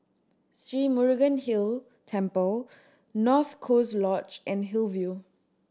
Sri Murugan Hill Temple North Coast Lodge and Hillview